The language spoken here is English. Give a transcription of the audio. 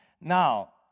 Now